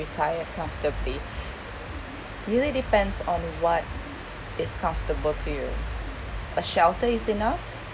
retire comfortably really depends on what is comfortable to you a shelter is enough